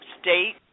state